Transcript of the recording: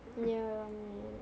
ya man